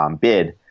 bid